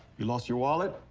you lost your wallet?